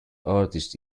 artist